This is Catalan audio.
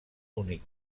únic